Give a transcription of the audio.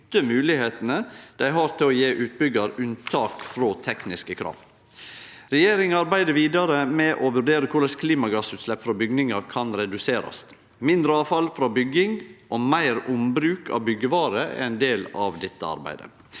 nytte moglegheitene dei har til å gje utbyggjarar unnatak frå tekniske krav. Regjeringa arbeider vidare med å vurdere korleis klimagassutslepp frå bygging kan reduserast. Mindre avfall frå bygging og meir ombruk av byggevarer er ein del av dette arbeidet.